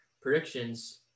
predictions